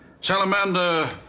Salamander